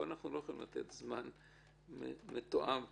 פה אנחנו לא יכולים לתת זמן מתואם לחשוד.